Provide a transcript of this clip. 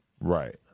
Right